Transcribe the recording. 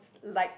like